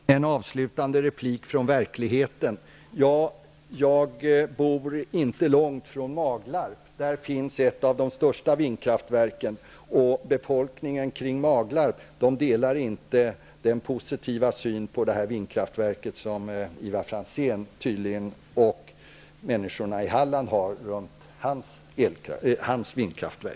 Herr talman! En avslutande replik från verkligheten. Jag bor inte långt från Maglarp. Där finns ett av de största vindkraftverken. Befolkningen kring Maglarp delar inte den positiva syn på vindkraftverk som uppenbarligen Ivar